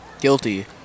Guilty